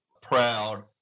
proud